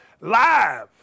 live